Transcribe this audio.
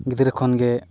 ᱜᱤᱫᱽᱨᱟᱹ ᱠᱷᱚᱱ ᱜᱮ